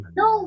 no